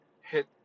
hit